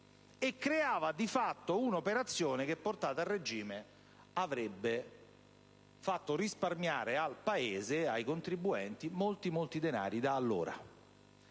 e creava di fatto un'operazione che, portata a regime, avrebbe fatto risparmiare al Paese e ai contribuenti molti denari da allora.